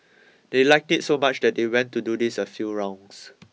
they liked it so much that they went to do this a few rounds